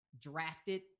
drafted